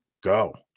go